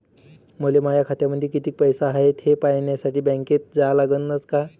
मले माया खात्यामंदी कितीक पैसा हाय थे पायन्यासाठी बँकेत जा लागनच का?